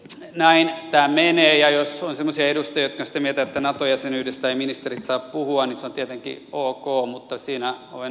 näin tämä menee ja jos on semmoisia edustajia jotka ovat sitä mieltä että nato jäsenyydestä eivät ministerit saa puhua niin se on tietenkin ok mutta siinä olen itse eri mieltä